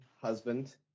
husband